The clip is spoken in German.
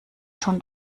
schon